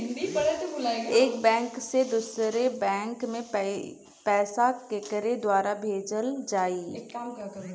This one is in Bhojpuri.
एक बैंक से दूसरे बैंक मे पैसा केकरे द्वारा भेजल जाई?